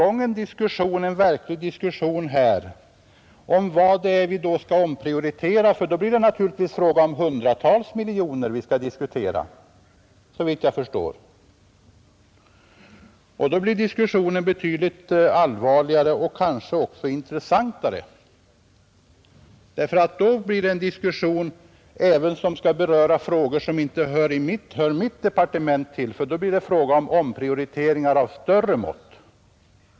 Då kunde vi få i gång en verklig diskussion om vad det är vi skall omprioritera, ty då blir det fråga om hundratals miljoner kronor som vi skall diskutera, såvitt jag förstår. Då blir diskussionen betydligt allvarligare och kanske också intressantare, därför att diskussionen i så fall måste beröra även frågor som en omprioritering av större mått.